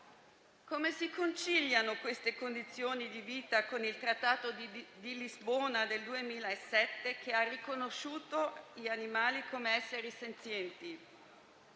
Come si conciliano queste condizioni di vita con il Trattato di Lisbona del 2007, che ha riconosciuto gli animali come esseri senzienti?